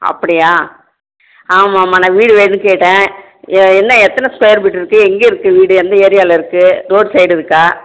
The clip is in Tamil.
அப்படியா ஆமாம்மாம் நான் வீடு வேணுமுன்னு கேட்டேன் என்ன எத்தனை ஸ்குயர் பிட்டு இருக்குது எங்கிருக்கு வீடு எந்த ஏரியாவில் இருக்குது ரோட் சைடு இருக்கா